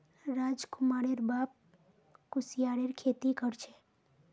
राजकुमारेर बाप कुस्यारेर खेती कर छे